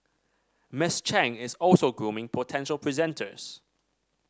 Miss Chang is also grooming potential presenters